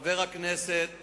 התשס"ט